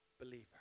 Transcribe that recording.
believer